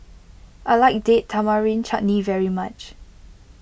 I like Date Tamarind Chutney very much